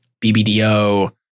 BBDO